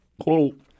quote